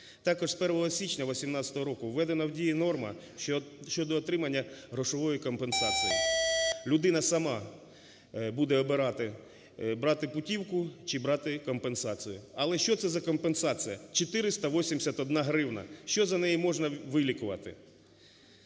Також з 1 січня 2018 року введена в дію норма щодо отримання грошової компенсації. Людина сама буде обирати: брати путівку чи брати компенсацію. Але що це за компенсація? 481 гривня. Що за неї можна вилікувати?